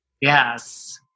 Yes